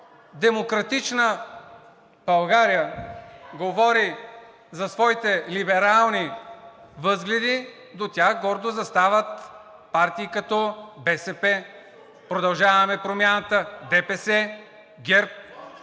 „Демократична България“ говори за своите либерални възгледи, до тях гордо застават партии като БСП, „Продължаваме Промяната“, ДПС, ГЕРБ.